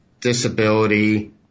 disability